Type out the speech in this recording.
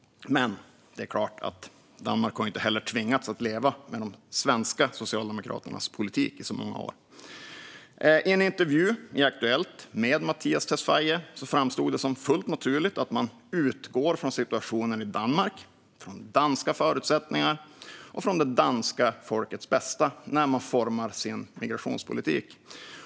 Men det är klart - Danmark har inte heller tvingats leva med de svenska Socialdemokraternas politik under många år. I en intervju med Mattias Tesfaye i Aktuellt framstod det som fullt naturligt att danskarna utgår från situationen i Danmark, från danska förutsättningar och från det danska folkets bästa när de formar sin migrationspolitik.